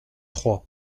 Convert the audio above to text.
trois